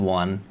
one